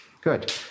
Good